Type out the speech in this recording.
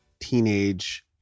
teenage